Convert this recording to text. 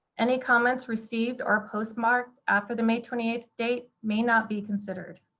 any comments received or postmarked after the may twenty eight date may not be considered.